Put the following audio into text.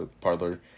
parlor